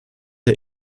der